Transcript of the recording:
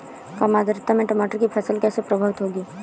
कम आर्द्रता में टमाटर की फसल कैसे प्रभावित होगी?